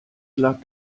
lag